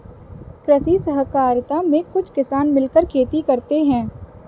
कृषि सहकारिता में कुछ किसान मिलकर खेती करते हैं